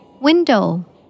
Window